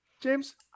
James